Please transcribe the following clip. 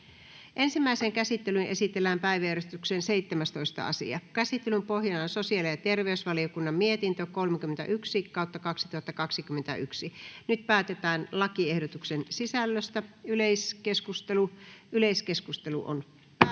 Ensimmäiseen käsittelyyn esitellään päiväjärjestyksen 16. asia. Käsittelyn pohjana on sosiaali- ja terveysvaliokunnan mietintö StVM 30/2021 vp. Nyt päätetään lakiehdotuksen sisällöstä. — Yleiskeskustelu, edustaja